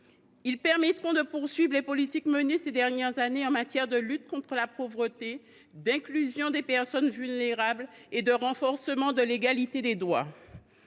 Ils permettront de poursuivre les politiques menées ces dernières années en matière de lutte contre la pauvreté, d’inclusion des personnes vulnérables et de renforcement de l’égalité des droits.